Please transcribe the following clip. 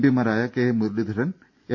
പിമാരായ K Muraleedharan M